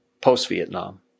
post-Vietnam